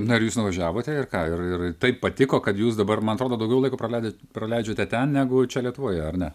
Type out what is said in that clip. na jūs nuvažiavote ir ką ir ir taip patiko kad jūs dabar man atrodo daugiau laiko praleidę praleidžiate ten negu čia lietuvoje ar ne